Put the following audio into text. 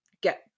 get